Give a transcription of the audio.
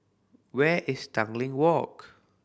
where is Tanglin Walk